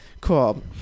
cool